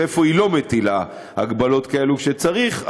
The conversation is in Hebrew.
ואיפה היא לא מטילה הגבלות כאלו כשצריך,